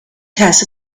tests